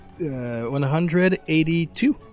182